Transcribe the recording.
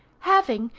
having,